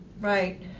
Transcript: Right